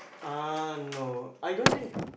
uh no I don't think